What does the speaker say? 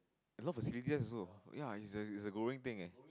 a lot facilities there also ya it's a it's a growing thing leh